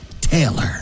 Taylor